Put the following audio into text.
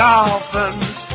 Dolphins